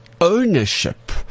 ownership